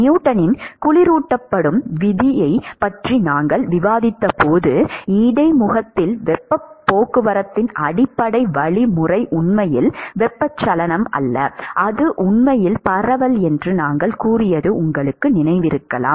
நியூட்டனின் குளிரூட்டும் விதியைப் பற்றி நாங்கள் விவாதித்தபோது இடைமுகத்தில் வெப்பப் போக்குவரத்தின் அடிப்படை வழிமுறை உண்மையில் வெப்பச்சலனம் அல்ல அது உண்மையில் பரவல் என்று நாங்கள் கூறியது உங்களுக்கு நினைவிருக்கலாம்